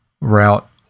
route